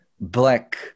black